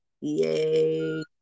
Yay